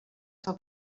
sua